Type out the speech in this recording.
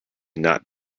not